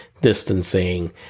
distancing